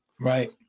Right